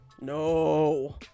No